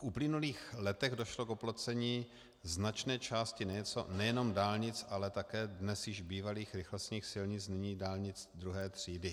V uplynulých letech došlo k oplocení značné části nejenom dálnic, ale také dnes již bývalých rychlostních silnic, nyní dálnic druhé třídy.